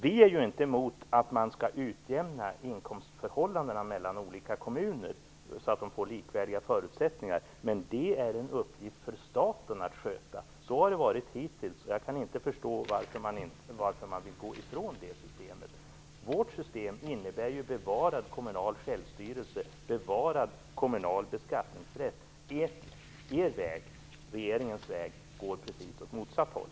Vi är inte emot att man skall utjämna inkomstförhållandena mellan olika kommuner så att de får likvärdiga förutsättningar, men det är en uppgift för staten att sköta. Så har det varit hittills. Jag kan inte förstå varför man vill gå ifrån det systemet. Vårt system innebär bevarad kommunal självstyrelse och bevarad kommunal beskattningsrätt. Er väg - regeringens väg - går åt precis motsatt håll.